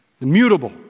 immutable